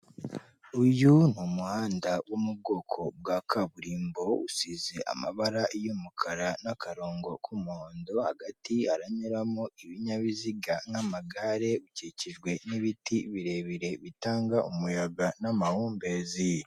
Uyu ni umuhanda wo mu bwoko bwa kaburimbo usize amabara y'umukara n'akarongo k'umuhondo, hagati haranyuramo ibinyabiziga nk'amagare, ukikijwe n'ibiti birebire bitanga umuyaga n'amahumbezi.